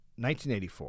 1984